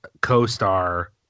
co-star